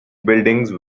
buildings